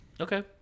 Okay